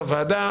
הוועדה.